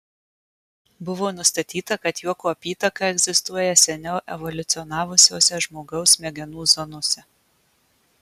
buvo nustatyta kad juoko apytaka egzistuoja seniau evoliucionavusiose žmogaus smegenų zonose